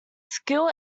skill